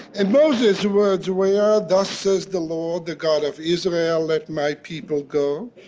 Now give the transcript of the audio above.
and moses's words were, yeah thus says the lord, the god of israel let my people go,